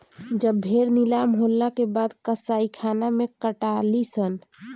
जब भेड़ नीलाम होला के बाद कसाईखाना मे कटाली सन